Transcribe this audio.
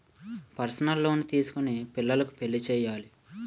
personal loan తీసుకొని పిల్లకు పెళ్లి చేయాలి